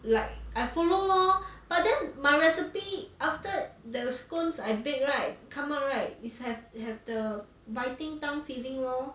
like I follow lor but then my recipe after the scones I bake right come out right is have have the biting tongue feeling lor